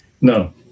No